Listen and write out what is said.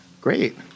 great